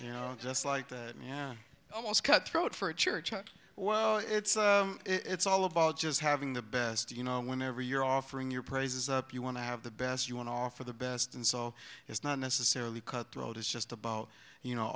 you know just like yeah almost cut throat for a church well it's it's all about just having the best you know whenever you're offering your praises up you want to have the best you want to offer the best and so it's not necessarily cutthroat it's just about you know